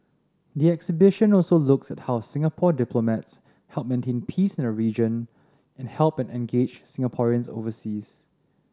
the exhibition also looks at how Singapore diplomats help maintain peace in the region and help and engage Singaporeans overseas